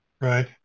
Right